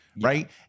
Right